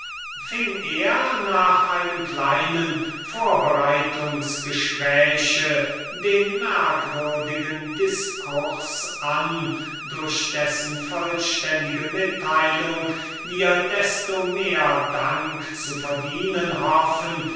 er nach einem kleinen vorbereitungs gespräch den merkwürdigen diskurs an durch dessen vollständige mitteilung wir desto mehr dank zu verdienen hoffen